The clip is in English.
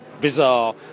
bizarre